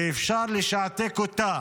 ואפשר לשעתק אותה